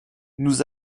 nous